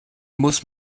muss